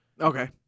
Okay